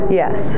yes